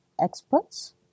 experts